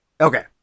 Okay